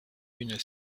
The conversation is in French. une